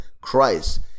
Christ